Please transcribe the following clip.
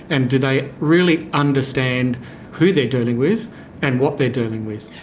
and do they really understand who they're dealing with and what they're dealing with.